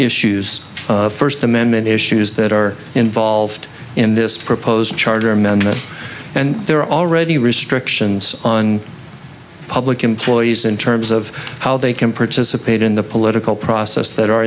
issues first amendment issues that are involved in this proposed charter amendment and there are already restrictions on public employees in terms of how they can participate in the political process that are